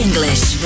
English